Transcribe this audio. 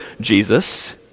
Jesus